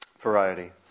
Variety